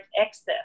excess